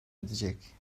edecek